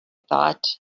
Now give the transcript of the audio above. thought